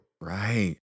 Right